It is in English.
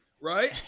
right